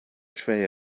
tray